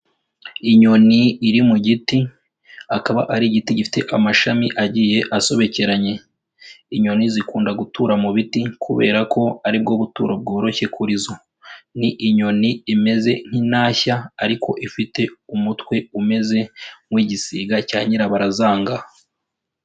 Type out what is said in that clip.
Inyoni iri mu giti, akaba ari igiti gifite amashami agiye asobekeranye, inyoni zikunda gutura mu biti kubera ko ari bwo buturo bworoshye kuri zo. Ni inyoni imeze nk'intashya ariko ifite umutwe umeze nk'uw'igisiga cya nyirabarazanga.